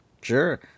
Sure